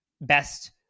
best